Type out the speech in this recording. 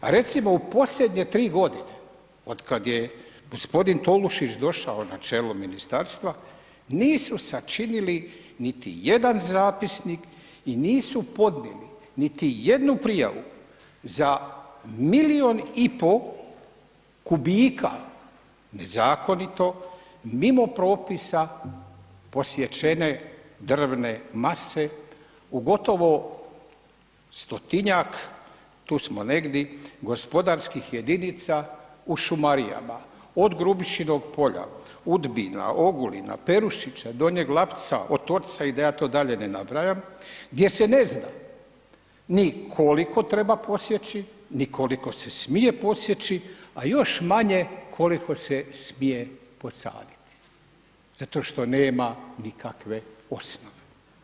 A recimo u posljednje 3 godine otkad je g. Tolušić došao na čelo ministarstva nisu sačinili niti jedan zapisnik i nisu podnijeli niti jednu prijavu za milijun i pol kubika nezakonito mimo propisa posjećene drvne mase u gotovo stotinjak, tu smo negdje, gospodarskih jedinicama u šumarijama od Grubišinog polja, Udbina, Ogulina, Perušića, Donjeg Lapca, Otočca i da ja to dalje ne nabrajam gdje se ne zna ni koliko treba posjeći ni koliko se smije posjeći a još manje koliko se smije posaditi zato što nema nikakve osnove.